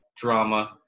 drama